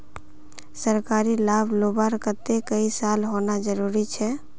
सरकारी लाभ लुबार केते कई साल होना जरूरी छे?